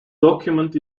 document